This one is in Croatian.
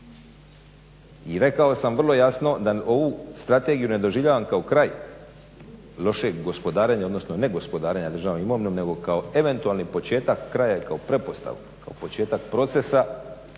I rekao sam vrlo jasno da ovu strategiju ne doživljavam kao kraj lošeg gospodarenja, odnosno ne gospodarenja državnom imovinom nego kao eventualni početak kraja i kao pretpostavka, kao početak procesa